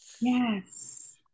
Yes